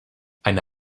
eine